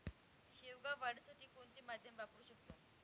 शेवगा वाढीसाठी कोणते माध्यम वापरु शकतो?